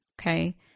Okay